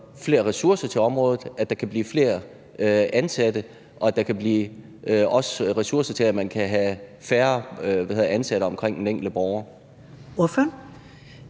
flere ressourcer til området, så der kan blive flere ansatte, og at der også kan være ressourcer til, at man kan have færre forskellige ansatte omkring den enkelte borger?